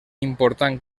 important